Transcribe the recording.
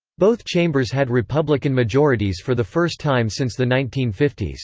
both chambers had republican majorities for the first time since the nineteen fifty s.